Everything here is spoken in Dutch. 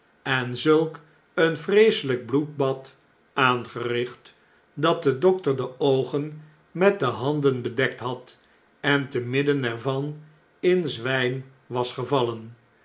en zulk een vreeseljjk bloedbad aangericht dat de dokter de oogen met de handen bedekt had en te midden er van in zwjjm was gevallen